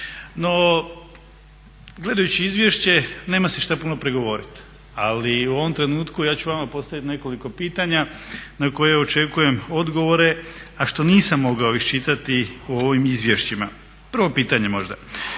No gledajući izvješće nema se šta puno prigovoriti, ali u ovom trenutku ja ću vama postaviti nekoliko pitanja na koja očekujem odgovore, a što nisam mogao iščitati u ovim izvješćima. Prvo pitanje možda,